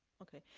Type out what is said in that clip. okay.